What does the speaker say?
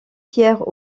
pierre